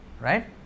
Right